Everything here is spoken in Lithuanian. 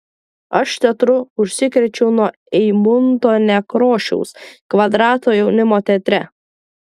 aš teatru užsikrėčiau nuo eimunto nekrošiaus kvadrato jaunimo teatre